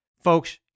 folks